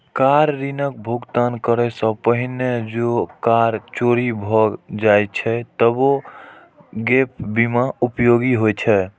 car ऋणक भुगतान करै सं पहिने जौं कार चोरी भए जाए छै, तबो गैप बीमा उपयोगी होइ छै